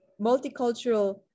multicultural